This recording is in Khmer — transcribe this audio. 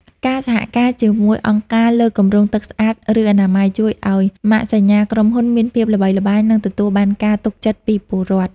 ការសហការជាមួយអង្គការលើគម្រោងទឹកស្អាត ឬអនាម័យ ជួយឱ្យម៉ាកសញ្ញាក្រុមហ៊ុនមានភាពល្បីល្បាញ និងទទួលបានការទុកចិត្តពីពលរដ្ឋ។